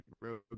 road